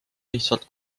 lihtsalt